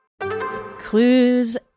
Clues